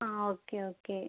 ആ okay okay